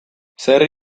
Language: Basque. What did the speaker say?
zer